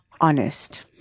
honest